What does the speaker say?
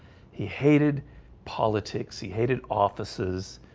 he hated politics he hated offices.